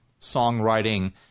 songwriting